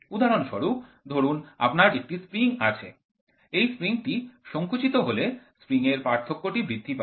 উদাহরণস্বরূপ ধরুন আপনার একটি স্প্রিং আছে এই স্প্রিংটি সংকুচিত হলে স্প্রিং এর পার্থক্যটি বৃদ্ধি পায়